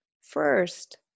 first